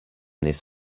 this